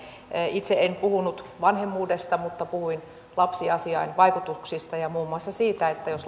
itse en puhunut vanhemmuudesta mutta puhuin lapsiasiain vaikutuksista ja muun muassa siitä että jos